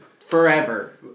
Forever